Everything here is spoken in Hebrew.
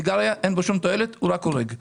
בסיגריה אין שום תועלת, זה רק הורג.